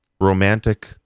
romantic